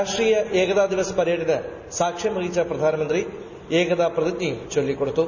രാഷ്ട്രീയ ഏക്ത ദിവാസ് പരേഡിന് സാക്ഷ്യം വഹിച്ച പ്രധാനമന്ത്രി ഏകതാ പ്രതിജ്ഞയും ചൊല്ലിക്കൊടുത്തു